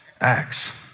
Acts